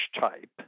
type